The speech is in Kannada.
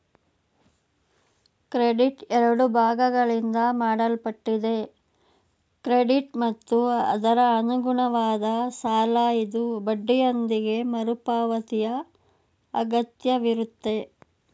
ಕ್ರೆಡಿಟ್ ಎರಡು ಭಾಗಗಳಿಂದ ಮಾಡಲ್ಪಟ್ಟಿದೆ ಕ್ರೆಡಿಟ್ ಮತ್ತು ಅದರಅನುಗುಣವಾದ ಸಾಲಇದು ಬಡ್ಡಿಯೊಂದಿಗೆ ಮರುಪಾವತಿಯಅಗತ್ಯವಿರುತ್ತೆ